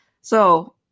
So-